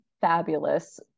fabulous